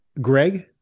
Greg